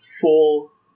full